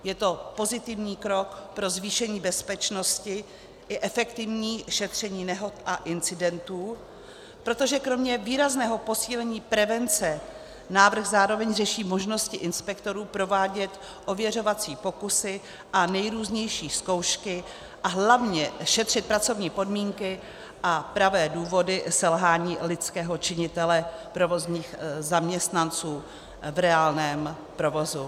Je to pozitivní krok pro zvýšení bezpečnosti i efektivní šetření nehod a incidentů, protože kromě výrazného posílení prevence návrh zároveň řeší možnosti inspektorů provádět ověřovací pokusy a nejrůznější zkoušky a hlavně šetřit pracovní podmínky a pravé důvody selhání lidského činitele, provozních zaměstnanců v reálném provozu.